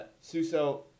Suso